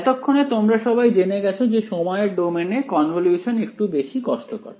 এতক্ষণে তোমরা সবাই জেনে গেছো যে সময়ের ডোমেইনে কনভলিউশন একটু বেশি কষ্টকর